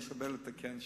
יש הרבה לתקן שם,